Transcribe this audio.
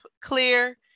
clear